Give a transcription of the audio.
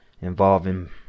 Involving